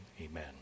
amen